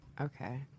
Okay